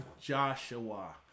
Joshua